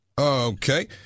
Okay